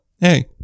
hey